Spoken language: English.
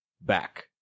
back